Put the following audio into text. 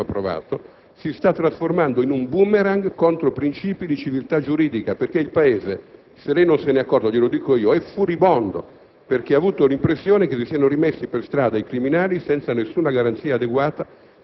della criminalità. Per tutte queste ragioni, un provvedimento di clemenza, anche da noi approvato, si sta trasformando in un *boomerang* contro princìpi di civiltà giuridica, perché il Paese - se lei non se ne è accorto, signor Ministro, glielo dico io - è furibondo